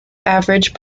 average